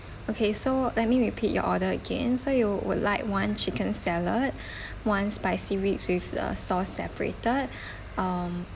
okay so let me repeat your order again so you would like one chicken salad one spicy weed with the sauce separated um